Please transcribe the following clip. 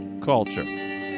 Culture